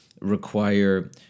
require